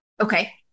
Okay